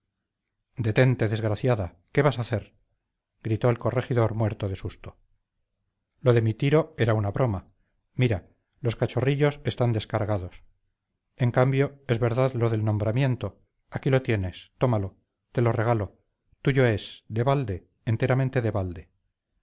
detente desgraciada qué vas a hacer gritó el corregidor muerto de susto lo de mi tiro era una broma mira los cachorrillos están descargados en cambio es verdad lo del nombramiento aquí lo tienes tómalo te lo regalo